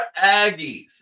Aggies